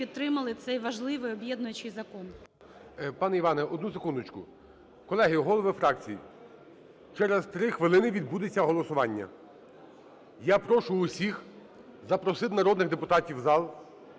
підтримали цей важливий, об'єднуючий закон.